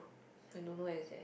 I don't know where is there